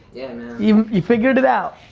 you you figured it out.